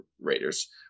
Raiders